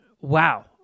wow